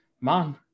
man